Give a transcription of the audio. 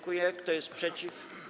Kto jest przeciw?